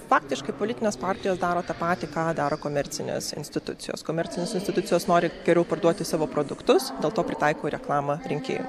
faktiškai politinės partijos daro tą patį ką daro komercinės institucijos komercinės institucijos nori geriau parduoti savo produktus dėl to pritaiko reklamą rinkėjui